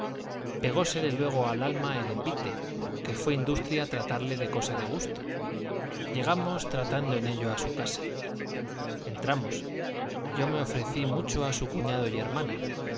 casa pegósele luego al alma el envite que fue industria tratarle de cosa de gusto llegamos tratando en ello a su casa entramos yo me ofrecí mucho a su cuñado y hermana